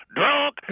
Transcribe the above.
drunk